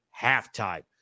halftime